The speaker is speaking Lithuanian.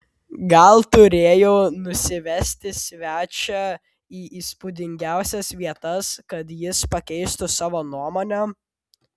gal turėjau nusivesti svečią į įspūdingiausias vietas kad jis pakeistų savo nuomonę